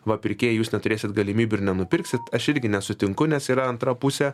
va pirkėjai jūs neturėsit galimybių ir nenupirksit aš irgi nesutinku nes yra antra pusė